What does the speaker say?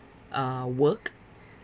uh work